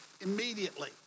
immediately